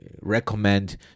recommend